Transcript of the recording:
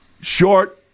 short